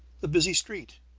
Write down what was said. the busy street.